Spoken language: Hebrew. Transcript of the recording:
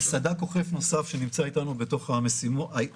סד"כ אוכף נוסף שנמצא אתנו בתוך המשימות